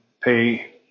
pay